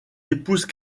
épouse